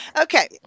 Okay